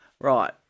Right